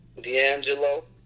D'Angelo